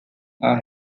are